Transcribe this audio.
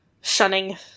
shunning